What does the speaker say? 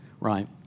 right